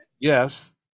yes